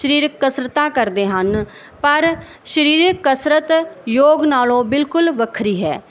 ਸਰੀਰਕ ਕਸਰਤਾਂ ਕਰਦੇ ਹਨ ਪਰ ਸਰੀਰਕ ਕਸਰਤ ਯੋਗ ਨਾਲੋਂ ਬਿਲਕੁਲ ਵੱਖਰੀ ਹੈ